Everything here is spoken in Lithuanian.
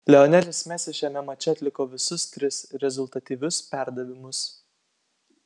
lionelis messi šiame mače atliko visus tris rezultatyvius perdavimus